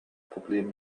problem